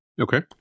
Okay